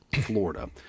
Florida